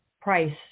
price